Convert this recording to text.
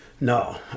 No